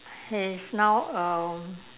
is now um